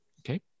Okay